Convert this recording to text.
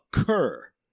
occur